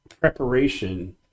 preparation